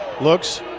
Looks